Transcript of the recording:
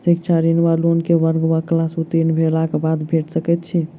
शिक्षा ऋण वा लोन केँ वर्ग वा क्लास उत्तीर्ण भेलाक बाद भेट सकैत छी?